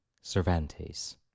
Cervantes